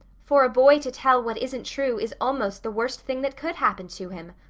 for a boy to tell what isn't true is almost the worst thing that could happen to him.